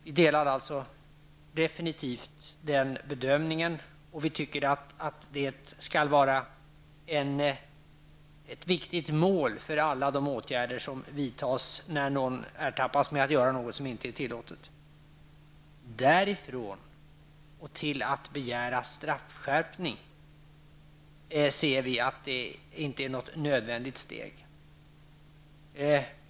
Vi delar alltså definitivt den bedömningen och tycker att det skall vara ett viktigt mål för alla de åtgärder som vidtas när någon ertappas med att göra något som inte är tillåtet. Att gå därifrån till att begära straffskärpning ser vi inte som något nödvändigt steg.